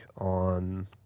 on